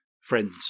friends